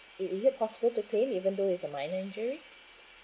is is it possible to claim even though it's a minor injury